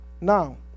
now